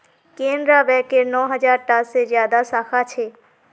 केनरा बैकेर नौ हज़ार टा से ज्यादा साखा छे